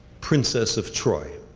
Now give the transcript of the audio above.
princess of troy.